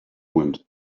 wind